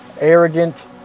arrogant